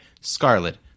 scarlet